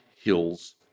Hills